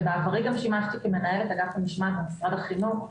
בעברי גם שימשתי כמנהלת אגף המשמעת במשרד החינוך,